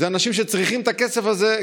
אלה אנשים שצריכים את הכסף הזה,